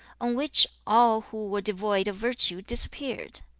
on which all who were devoid of virtue disappeared.